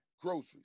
Groceries